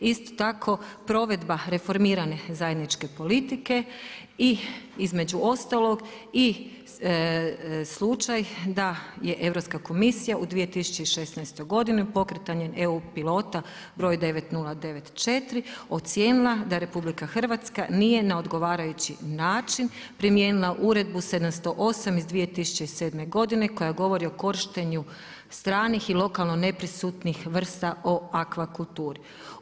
Isto tako, provedba reformirane zajedničke politike i između ostalog i slučaj da je Europska komisija u 2016. godini pokretanje EU pilota broj 9094 ocijenila da RH nije na odgovarajući način primijenila uredbu 708 iz 2007. godine koja govori o korištenju stranih i lokalno neprisutnih vrsta o akvakulturi.